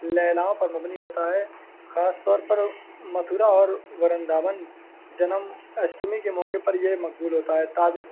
لیلاؤں پر مبنی ہوتا ہے خاص طور پر متھورا اور ورنداون جنم اشٹمی کے موقع پر یہ مقبول ہوتا ہے تاج